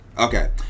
Okay